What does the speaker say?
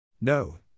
No